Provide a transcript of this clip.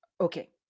Okay